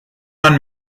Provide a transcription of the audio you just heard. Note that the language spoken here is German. man